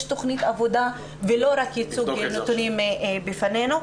תכנית עבודה ולא רק הצגת נתונים בפנינו.